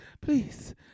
Please